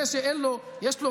זה שיש לו,